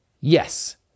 yes